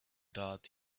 thought